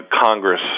Congress